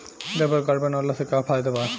Labour card बनवाला से का फायदा बा?